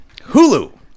Hulu